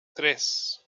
tres